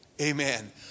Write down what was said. amen